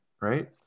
right